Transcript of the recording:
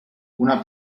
una